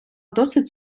досить